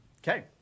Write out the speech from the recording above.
Okay